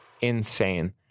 insane